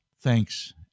Thanks